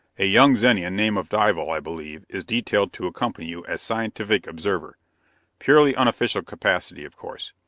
a young zenian, name of dival, i believe, is detailed to accompany you as scientific observer purely unofficial capacity, of course.